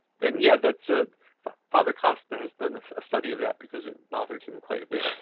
then yeah, that's ah but father cost that has done a study of that because it bothered him quite a bit.